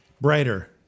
Brighter